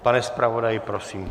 Pane zpravodaji, prosím.